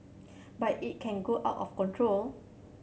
but it can go out of control